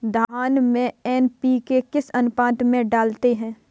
धान में एन.पी.के किस अनुपात में डालते हैं?